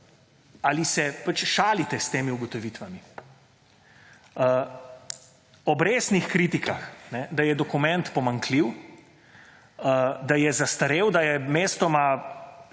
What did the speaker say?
ali se šalite s temi ugotovitvami? Ob resnih kritikah, da je dokument pomanjkljiv, da je zastarel, da je mestoma